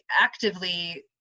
actively